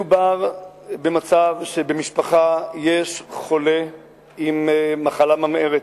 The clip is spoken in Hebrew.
מדובר במצב שבמשפחה יש חולה במחלה ממארת,